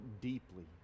deeply